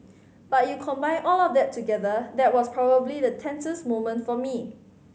but you combine all of that together that was probably the tensest moment for me